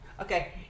okay